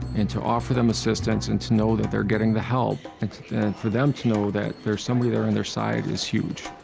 and to offer them assistance and to know that they're getting the help, and for them to know that there's somebody there on their side is huge.